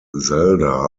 zelda